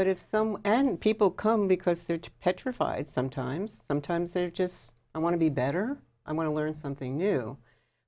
but if some and people come because they're to petrified sometimes sometimes they're just i want to be better i want to learn something new